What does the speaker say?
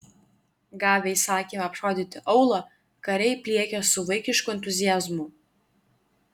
gavę įsakymą apšaudyti aūlą kariai pliekia su vaikišku entuziazmu